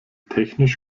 technisch